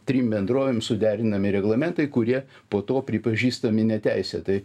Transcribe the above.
trim bendrovėm suderinami reglamentai kurie po to pripažįstami neteisėtai